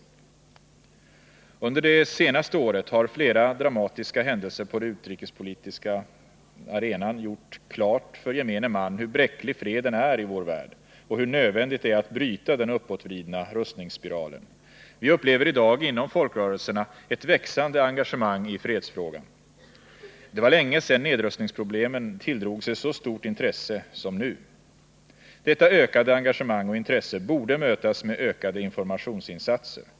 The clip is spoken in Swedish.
Nr 113 Under det senaste året har flera dramatiska händelser på den utrikespo Fredagen den litiska arenan gjort klart för gemene man hur bräcklig freden är i vår värld — 28 mars 1980 och hur nödvändigt det är att bryta den uppåtvridna rustningsspiralen. Vi upplever i dag inom folkrörelserna ett växande engagemang i fredsfrågan. Det var länge sedan nedrustningsproblemen tilldrog sig så stort intresse som nu. Detta ökade engagemang och intresse borde mötas med ökade informationsinsatser.